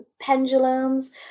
pendulums